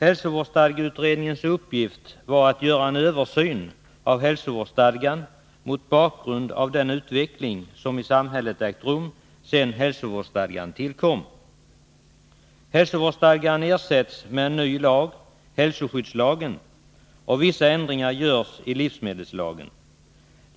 Hälsovårdsstadgeutredningens uppgift var att göra en översyn av hälsovårdsstadgan mot bakgrund av den utveckling som ägt rum i samhället sedan hälsovårdsstadgan tillkom. Hälsovårdsstadgan ersätts med en ny lag, hälsoskyddslagen, och vissa ändringar görs i livsmedelslagen.